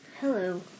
Hello